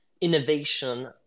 innovation